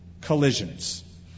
collisions